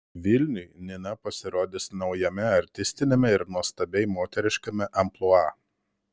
vilniui nina pasirodys naujame artistiniame ir nuostabiai moteriškame amplua